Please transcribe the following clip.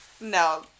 No